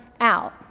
out